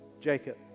Jacob